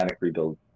rebuild